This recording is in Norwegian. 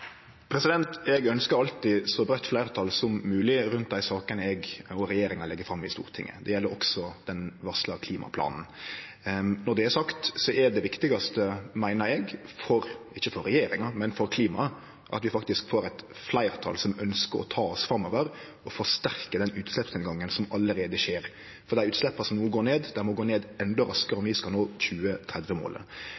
fleirtal som mogleg rundt dei sakene eg og regjeringa legg fram i Stortinget – det gjeld også den varsla klimaplanen. Når det er sagt, er det viktigaste for klimaet, meiner eg, at vi får eit fleirtal som ønskjer å ta oss framover og forsterke den utsleppsnedgangen som allereie skjer. For dei utsleppa som no går ned, må gå ned endå raskare